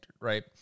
right